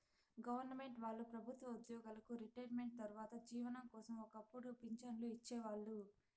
government వాళ్ళు ప్రభుత్వ ఉద్యోగులకి రిటైర్మెంటు తర్వాత జీవనం కోసం ఒక్కపుడు పింఛన్లు ఇచ్చేవాళ్ళు